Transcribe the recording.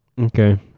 Okay